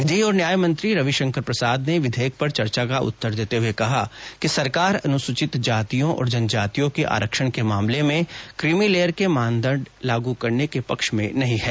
विधि और न्यायमंत्री रविशंकर प्रसाद ने विधेयक पर चर्चा का उत्तर देते हुए कहा कि सरकार अनुसूचित जातियों और जनजातियों के आरक्षण के मामले में क्रीमीलेयर के मानदंड लागू करने के पक्ष में नहीं है